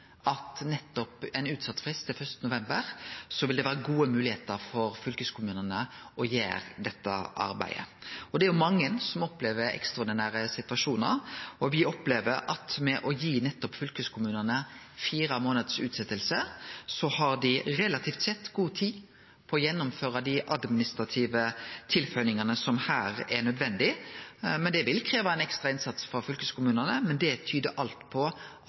at med ein utsett frist til 1. november vil det vere gode moglegheiter for fylkeskommunane til å gjere dette arbeidet. Det er jo mange som opplever ekstraordinære situasjonar. Me opplever at ved å gi fylkeskommunane ei utsetjing på fire månader har dei relativt sett god tid til å gjennomføre dei administrative tilføyingane som er nødvendige. Det vil krevje ein ekstra innsats frå fylkeskommunane, men det tyder alt på